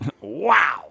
Wow